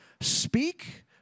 speak